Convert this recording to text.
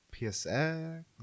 PSX